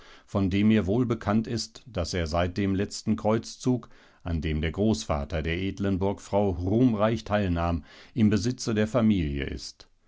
von dem mir wohlbekannt ist daß er seit dem letzten kreuzzug an dem der großvater der edlen burgfrau ruhmreich teilnahm im besitze der familie ist